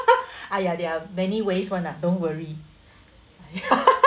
!aiya! there are many ways [one] ah don't worry